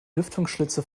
lüftungsschlitze